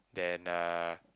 then uh